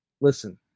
listen